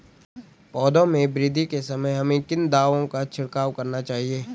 पौधों में वृद्धि के समय हमें किन दावों का छिड़काव करना चाहिए?